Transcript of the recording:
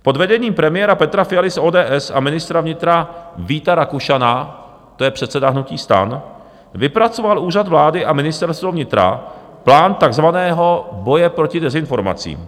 Pod vedením Petra Fialy z ODS a ministra vnitra Víta Rakušana, to je předseda hnutí STAN, vypracoval Úřad vlády a Ministerstvo vnitra plán takzvaného boje proti dezinformacím.